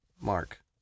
Mark